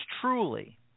truly